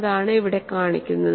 അതാണ് ഇവിടെ കാണിക്കുന്നത്